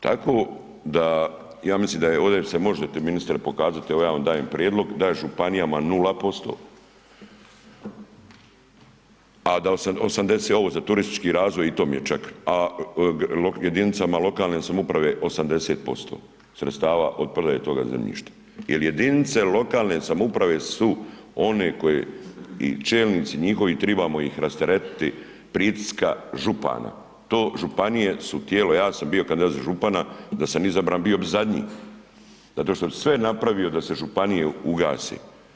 Tako da ja mislim da se ovdje ministre pokazati, evo ja vam dajem prijedlog da županijama nula posto, a da za ovo za turistički razvoj i to mi je čak, a jedinice lokalne samouprave 80% sredstava od prodaje toga zemljišta jel jedinice lokalne samouprave su one koje su i čelnici njihovi tribamo ih rasteretiti pritiska župana, to županije su tijelo, ja sam bio kandidat za župana, da sam izabran bio bi zadnji zato što bi sve napravio da se županije ugase.